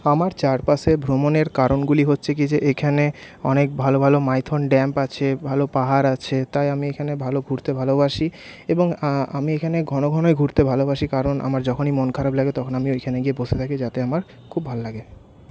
আমার চারপাশে ভ্রমণের কারণগুলি হচ্ছে কি যে এখানে অনেক ভালো ভালো মাইথন ড্যাম আছে ভালো পাহাড় আছে তাই আমি এখানে ভালো ঘুরতে ভালোবাসি এবং আমি এখানে ঘন ঘনই ঘুরতে ভালোবাসি কারণ আমার যখনই মন খারাপ লাগে তখন আমি ওইখানে গিয়ে বসে থাকি যাতে আমার খুব ভাল লাগে